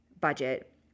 budget